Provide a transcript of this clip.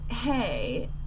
hey